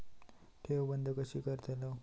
ठेव बंद कशी करतलव?